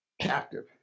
Captive